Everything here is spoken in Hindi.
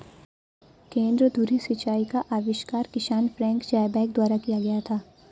केंद्र धुरी सिंचाई का आविष्कार किसान फ्रैंक ज़ायबैक द्वारा किया गया था